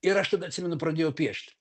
ir aš tada atsimenu pradėjau piešti